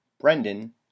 brendan